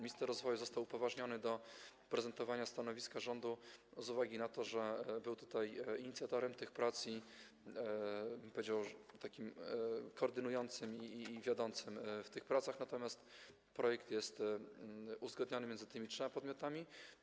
Minister rozwoju został upoważniony do prezentowania stanowiska rządu z uwagi na to, że był tutaj inicjatorem tych prac i, powiedziałbym, takim podmiotem koordynującym i wiodącym w tych pracach, natomiast projekt jest uzgadniany między tymi trzema podmiotami.